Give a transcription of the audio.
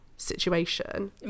Situation